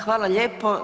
Hvala lijepo.